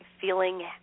feeling